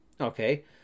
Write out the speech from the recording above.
Okay